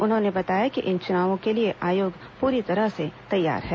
उन्होंने बताया कि इन चुनावों के लिए आयोग पूरी तरह से तैयार है